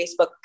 Facebook